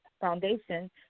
Foundation